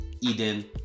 Eden